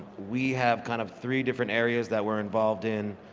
we have kind of three different areas that were involved in.